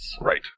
Right